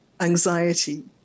anxiety